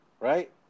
right